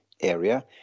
area